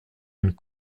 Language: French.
une